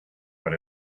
but